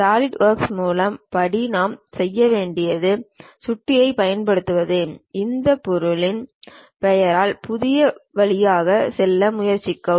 சாலிட்வொர்க்கின் முதல் படி நாம் செய்ய வேண்டியது சுட்டியைப் பயன்படுத்துவதே இந்த பொருளின் பெயரான புதிய வழியாக செல்ல முயற்சிக்கவும்